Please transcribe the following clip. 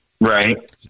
Right